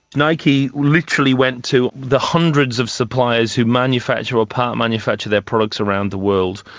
nike literally went to the hundreds of suppliers who manufacture or part-manufacture their products around the world,